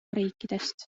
riikidest